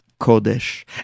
Kodesh